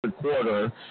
quarter